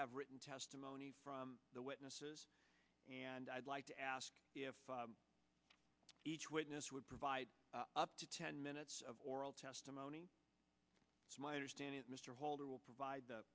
have written testimony from the witnesses and i'd like to ask each witness would provide up to ten minutes of oral testimony is my understanding mr holder will provide the